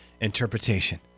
interpretation